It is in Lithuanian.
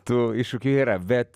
tų iššūkiai yra bet